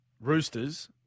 Roosters